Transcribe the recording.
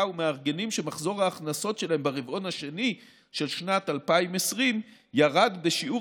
ומארגנים שמחזור ההכנסות שלהם ברבעון השני של שנת 2020 ירד בשיעור